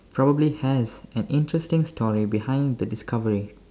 probably has an interesting story behind the discovery